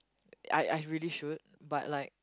I I really should but like